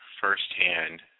firsthand